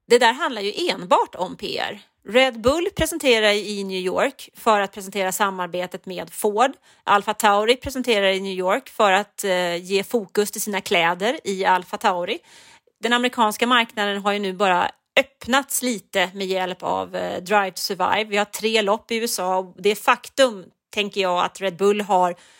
Det där handlar ju enbart om PR. Red Bull presenterar i New York för att presentera samarbetet med Ford. Alpha Tauri presenterar i New York för att, eh, ge fokus till sina kläder i Alpha Tauri. Den amerikanska marknaden har ju nu bara öppnats lite med hjälp av, eh, Drive to Survive. Vi har tre lopp i USA och det faktum tänker jag att Red Bull har